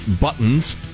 buttons